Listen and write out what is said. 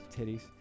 Titties